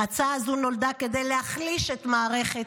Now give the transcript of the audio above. ההצעה הזו נולדה כדי להחליש את מערכת